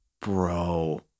bro